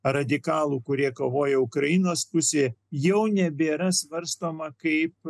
radikalų kurie kovoja ukrainos pusė jau nebėra svarstoma kaip